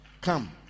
come